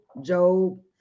Job